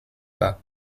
pas